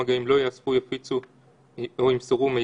הסתייגות מס' 5 נכללה בהסתייגויות של חברת